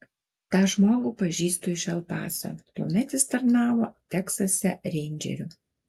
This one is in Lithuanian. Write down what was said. tą žmogų pažįstu iš el paso tuomet jis tarnavo teksase reindžeriu